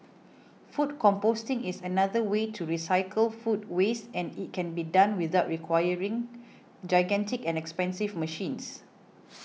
food composting is another way to recycle food waste and it can be done without requiring gigantic and expensive machines